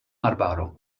arbaro